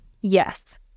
Yes